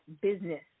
business